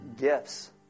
gifts